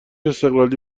استقلالی